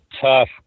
tough